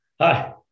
Hi